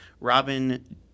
Robin